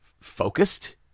focused